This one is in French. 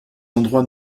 endroits